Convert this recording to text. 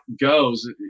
goes